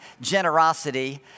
generosity